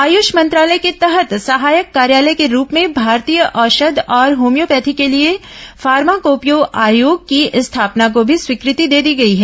आयुष मंत्रालय के तहत सहायक कार्यालय के रूप में भारतीय औषध और होम्योपैथी के लिए फार्माकोपिया आयोग की स्थापना को भी स्वीकृति दे दी गई है